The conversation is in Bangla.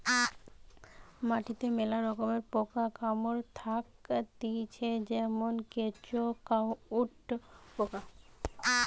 মাটিতে মেলা রকমের পোকা মাকড় থাকতিছে যেমন কেঁচো, কাটুই পোকা